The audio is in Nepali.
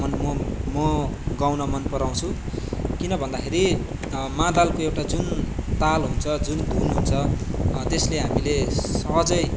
म गाउन मन पराउँछु किन भन्दाखेरि मादलको एउटा जुन ताल हुन्छ जुन धुन हुन्छ त्यसले हामीले सहजै